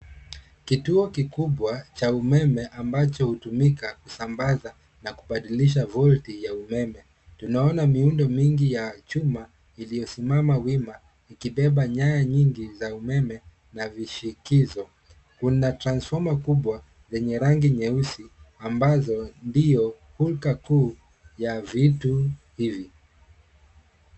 Kituo kikubwa cha umeme ambacho hutumika kusambaza na kubadilisha volti ya umeme. Tunaona miundo mingi ya chuma iliyosimama wima ikibeba nyaya nyingi za umeme na vishikizo. Kuna transforma kubwa yenye rangi nyeusi ambazo ndiyo hulka kuu ya vitu hivi.